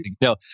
No